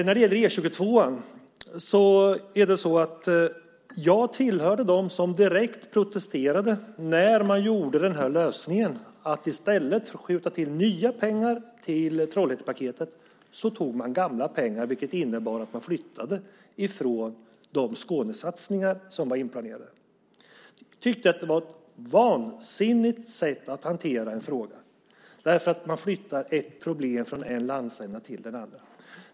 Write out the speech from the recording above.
När det gäller E 22 är det så att jag tillhörde dem som direkt protesterade när man tog till lösningen att i stället för att skjuta till nya pengar till Trollhättepaketet tog gamla pengar, vilket innebar att man flyttade pengarna från de Skånesatsningar som var inplanerade. Jag tyckte att det var ett vansinnigt sätt att hantera en fråga, därför att man flyttar ett problem från en landsända till en annan.